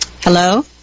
Hello